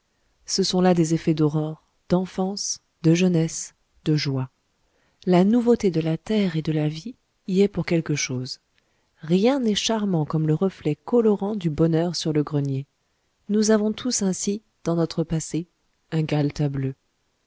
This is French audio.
ce sont là des effets d'aurore d'enfance de jeunesse de joie la nouveauté de la terre et de la vie y est pour quelque chose rien n'est charmant comme le reflet colorant du bonheur sur le grenier nous avons tous ainsi dans notre passé un galetas bleu